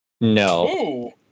No